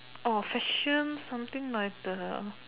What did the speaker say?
fashion something like the